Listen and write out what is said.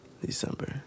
December